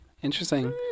Interesting